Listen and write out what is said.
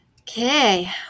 Okay